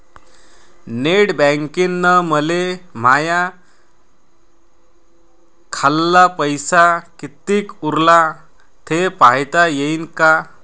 Net बँकिंगनं मले माह्या खाल्ल पैसा कितीक उरला थे पायता यीन काय?